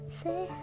say